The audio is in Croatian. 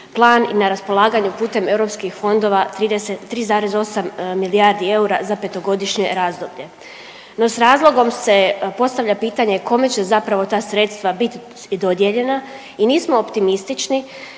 plan i na raspolaganju putem europskih fondova 3,8 milijardi eura za petogodišnje razdoblje. No s razlogom se postavlja pitanje kome će zapravo ta sredstva biti dodijeljena i nismo optimistični